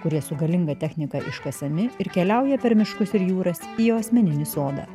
kurie su galinga technika iškasami ir keliauja per miškus ir jūras į jo asmeninį sodą